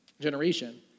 generation